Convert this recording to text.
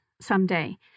someday